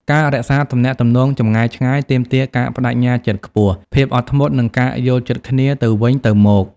ការរក្សាទំនាក់ទំនងចម្ងាយឆ្ងាយទាមទារការប្តេជ្ញាចិត្តខ្ពស់ ភាពអត់ធ្មត់ និងការយល់ចិត្តគ្នាទៅវិញទៅមក។